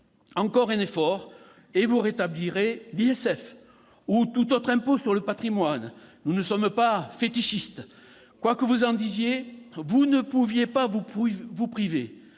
Encore un effort et vous rétablirez l'ISF, ou tout autre impôt sur le patrimoine : nous ne sommes pas fétichistes. Quoi que vous en disiez, vous ne pouviez pas vous priver,